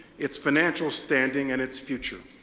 its financial standing, and its future.